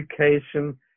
education